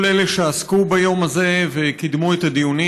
כל אלה שעסקו ביום הזה וקידמו את הדיונים.